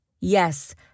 Yes